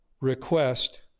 request